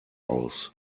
aus